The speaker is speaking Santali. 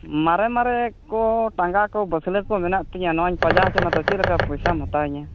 ᱢᱟᱨᱮ ᱢᱟᱨᱮ ᱠᱚ ᱴᱟᱸᱜᱟ ᱠᱚ ᱵᱟᱹᱥᱞᱟᱹ ᱠᱚ ᱢᱮᱱᱟᱜ ᱛᱤᱧᱟᱹ ᱱᱚᱣᱟᱧ ᱯᱟᱡᱟᱣ ᱦᱚᱪᱚᱭᱟ ᱟᱫᱚ ᱪᱮᱫ ᱞᱮᱠᱟ ᱯᱚᱭᱥᱟᱢ ᱦᱟᱛᱟᱣ ᱤᱧᱟᱹ